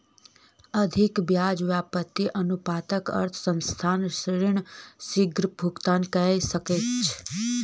अधिक ब्याज व्याप्ति अनुपातक अर्थ संस्थान ऋण शीग्र भुगतान कय सकैछ